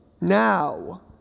now